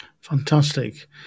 Fantastic